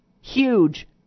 Huge